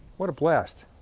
what a blast.